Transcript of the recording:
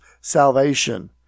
salvation